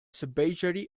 savagery